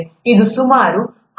ಇದು ಸುಮಾರು 1014 ರ ಕ್ರಮದಲ್ಲಿದೆ